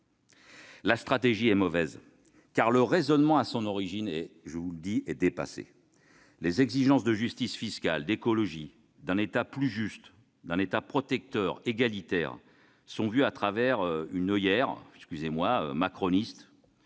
La stratégie est mauvaise, car le raisonnement à son origine est, je vous le dis, dépassé. Les exigences de justice fiscale, d'écologie, d'un État plus juste, protecteur et égalitaire sont vues, à travers l'oeillère macroniste,